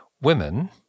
women